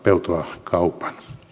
eu tunnus kaupa